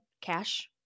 cash